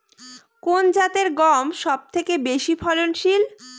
কোন জাতের গম সবথেকে বেশি ফলনশীল?